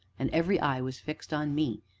and every eye was fixed on me,